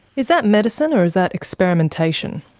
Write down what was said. is that medicine or is that experimentation?